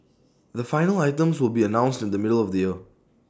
the final items will be announced in the middle of the year